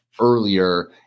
earlier